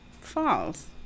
false